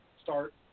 Start